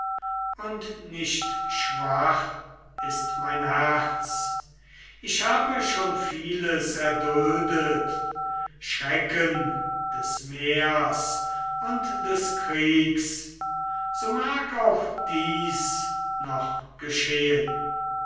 und nicht schwach ist mein herz ich habe schon vieles erduldet schrecken des meers und des kriegs so mag auch dies noch geschehen